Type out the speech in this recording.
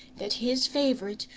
that his favourite,